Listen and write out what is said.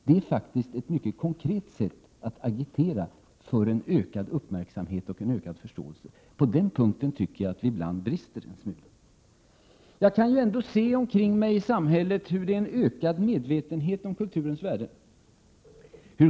Det är ett mycket konkret sätt att agitera för en ökad uppmärksamhet och förståelse. På den punkten tycker jag vi ibland brister. Jag kan se omkring mig i samhället hur det är en ökad medvetenhet om kulturens värden.